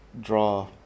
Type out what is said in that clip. draw